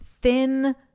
thin